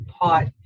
pot